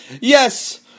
yes